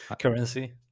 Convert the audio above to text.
currency